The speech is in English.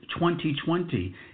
2020